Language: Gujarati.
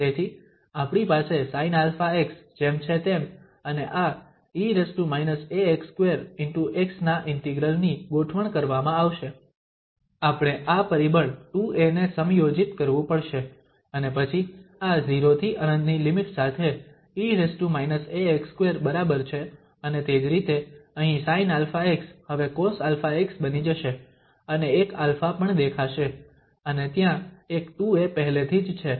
તેથી આપણી પાસે sinαx જેમ છે તેમ અને આ e−ax2x ના ઇન્ટિગ્રલ ની ગોઠવણ કરવામાં આવશે આપણે આ પરિબળ 2a ને સમાયોજિત કરવું પડશે અને પછી આ 0 થી ∞ ની લિમિટ સાથે e−ax2 બરાબર છે અને તે જ રીતે અહીં sinαx હવે cosαx બની જશે અને એક α પણ દેખાશે અને ત્યાં એક 2a પહેલેથી જ છે